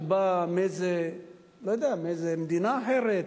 שבא מאיזו מדינה אחרת,